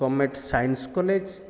government science college